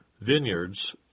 vineyards